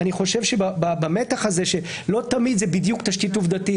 אני חושב שבמתח הזה שלא תמיד זה בדיוק תשתית עובדתית,